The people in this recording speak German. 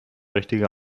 richtige